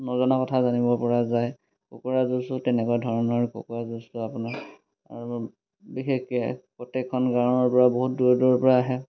নজনা কথা জানিব পৰা যায় কুকুৰা যুঁজো তেনেকুৱা ধৰণৰ কুকুৰা যুঁজটো আপোনাৰ বিশেষকৈ প্ৰত্যেকখন গাঁৱৰ পৰা বহুত দূৰৰ দূৰৰ পৰা আহে